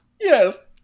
Yes